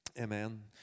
amen